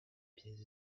pièces